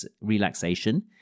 relaxation